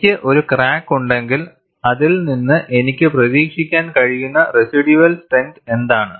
എനിക്ക് ഒരു ക്രാക്ക് ഉണ്ടെങ്കിൽ അതിൽ നിന്ന് എനിക്ക് പ്രതീക്ഷിക്കാൻ കഴിയുന്ന റെസിഡ്യൂവൽ സ്ട്രെങ്ത് എന്താണ്